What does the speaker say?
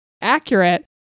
accurate